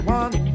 one